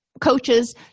coaches